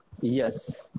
yes